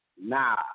Nah